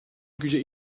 güce